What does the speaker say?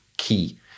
key